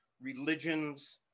religions